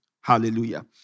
Hallelujah